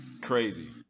Crazy